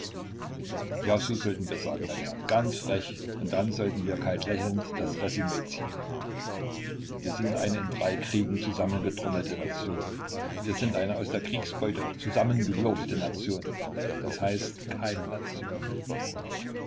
ja so sollten wir sagen meine herrn ganz frech und dann sollten wir kaltlächelnd das resum ziehen wir sind eine in drei kriegen zusammengetrommelte nation wir sind eine aus der kriegsbeute zusammengewürfelte nation das heißt keine nation